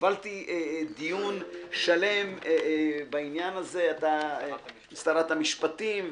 הובלתי דיון שלם בעניין הזה עם שרת המשפטים,